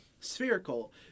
spherical